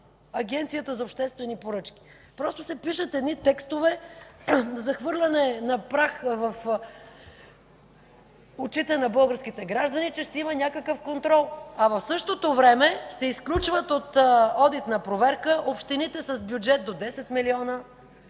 Агенцията за обществени поръчки? Просто се пишат едни текстове за хвърляне на прах в очите на българските граждани, че ще има някакъв контрол. А в същото време се изключват от одитна проверка общините, с бюджет до 10 милиона,